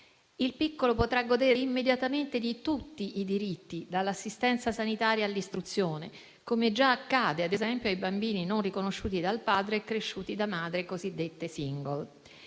il piccolo potrà godere immediatamente di tutti i diritti, dall'assistenza sanitaria all'istruzione, come già accade ad esempio ai bambini non riconosciuti dal padre e cresciuti da madri cosiddette *single.*